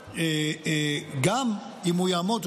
וגם אם הוא יעמוד,